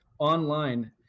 online